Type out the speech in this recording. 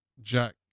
Jack